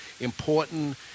important